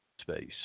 space